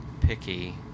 picky